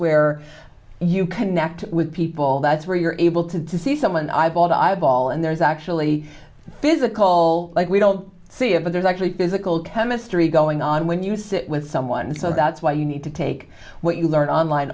where you connect with people that's where you're able to see someone eyeball to eyeball and there's actually physical we don't see it but there's actually physical chemistry going on when you sit with someone so that's why you need to take what you learn online